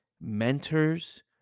mentors